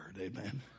Amen